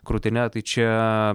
krūtine tai čia